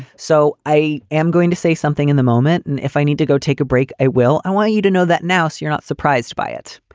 so i am going to say something in the moment. and if i need to go take a break, i will. i want you to know that now so you're not surprised by it.